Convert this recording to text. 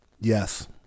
Yes